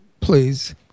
please